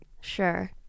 Sure